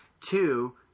Two